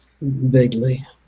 Vaguely